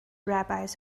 rabbis